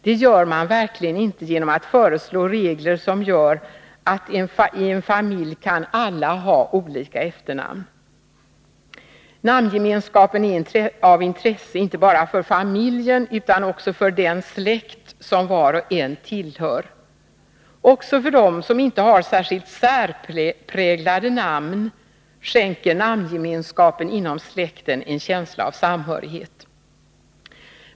Det gör man verkligen inte genom att föreslå regler som gör att alla i en familj kan ha olika efternamn. Namngemenskapen är av intresse inte bara för familjen utan också för den släkt som var och en tillhör. Också för dem som inte har särskilt särpräglade namn skänker namngemenskapen inom släkten en känsla av samhörighet.